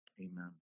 Amen